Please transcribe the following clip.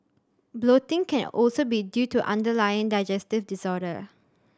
bloating can also be due to underlying digestive disorder